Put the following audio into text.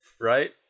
Right